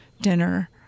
dinner